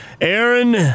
Aaron